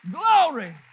Glory